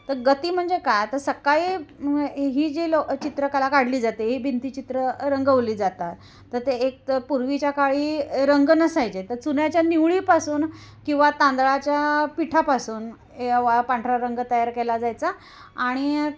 तर गती म्हणजे काय तर सकाळी ही जी लो चित्रकला काढली जाते ही भिंतीचित्र रंगवली जातात तर ते एक तर पूर्वीच्या काळी रंग नसायचे तर चुन्याच्या निवळीपासून किंवा तांदळाच्या पिठापासून या वा पांढरा रंग तयार केला जायचा आणि